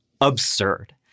absurd